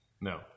No